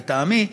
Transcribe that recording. לטעמי,